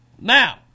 Now